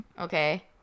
Okay